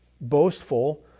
boastful